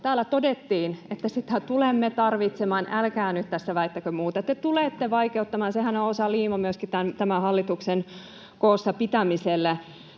Täällä todettiin, että sitä tulemme tarvitsemaan. [Oikealta: Ei pidä paikkaansa!] — Älkää nyt tässä väittäkö muuta. — Te tulette vaikeuttamaan, sehän on osa liimaa myöskin tämän hallituksen koossa pitämiselle.